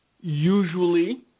usually